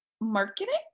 marketing